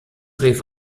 rief